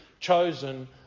Chosen